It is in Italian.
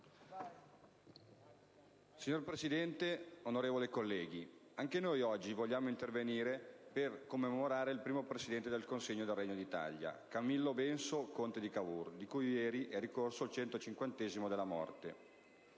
Signor Presidente, onorevoli colleghi, anche noi oggi vogliamo intervenire per commemorare il primo presidente del Consiglio del Regno d'Italia, Camillo Benso, conte di Cavour, di cui ieri è ricorso il centocinquantesimo della morte.